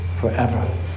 forever